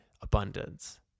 abundance